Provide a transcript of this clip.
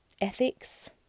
ethics